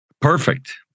Perfect